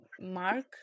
mark